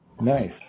nice